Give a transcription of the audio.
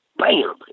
Bam